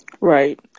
right